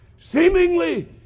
seemingly